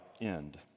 end